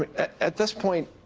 but at this point,